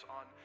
on